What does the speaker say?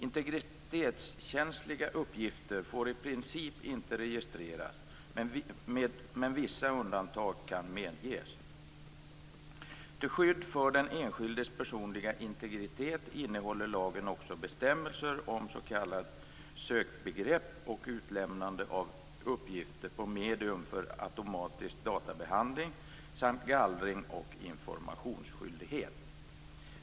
Integritetskänsliga uppgifter får i princip inte registreras, men vissa undantag kan medges. Till skydd för den enskildes personliga integritet innehåller lagen också bestämmelser om s.k. sökbegrepp och utlämnande av uppgifter på medium för automatisk databehandling samt gallring och informationsskyldighet.